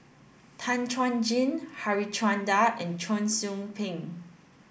Tan Chuan Jin Harichandra and Cheong Soo Pieng